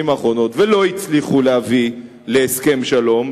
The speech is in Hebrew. האחרונות ולא הצליחו להביא להסכם שלום,